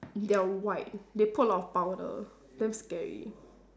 they're white they put a lot of powder damn scary